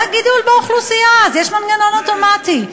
היה גידול באוכלוסייה, אז יש מנגנון אוטומטי.